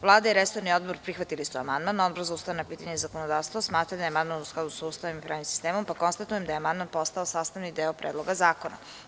Vlada i resorni odbor prihvatili su amandman, a Odbor za ustavna pitanja i zakonodavstvo smatra da je amandman u skladu sa Ustavom i pravnim sistemom, pa konstatujem da je amandman postao sastavni deo Predloga zakona.